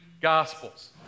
Gospels